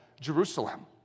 Jerusalem